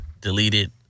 deleted